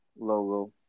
logo